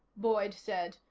boyd said,